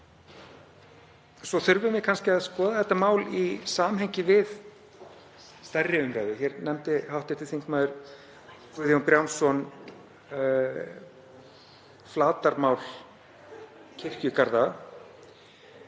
Svo þurfum við kannski að skoða þetta mál í samhengi við stærri umræðu. Hér nefndi hv. þm. Guðjón Brjánsson flatarmál kirkjugarða